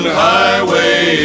highway